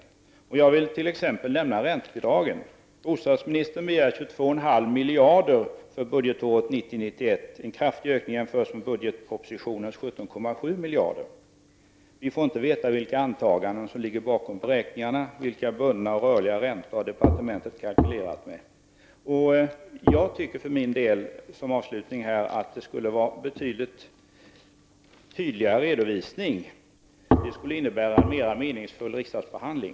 Det gäller t.ex. räntebidragen. Bostadsministern begär 22,5 miljarder kronor för budgetåret 1990/91, vilket är en kraftig ökning jämfört med budgetpropositionens 17,7 miljarder kronor. Vi får inte veta vilka antaganden som ligger bakom beräkningarna, vilka bundna och rörliga räntor som departementet har kalkylerat med. Som avslutning vill jag säga att det enligt min mening borde vara en mycket tydligare redovisning, vilket skulle medföra en mer meningsfull riksdagsbehandling.